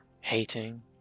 hating